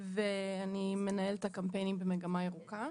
ואני מנהלת הקמפיינים ב'מגמה ירוקה'.